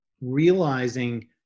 realizing